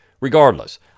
regardless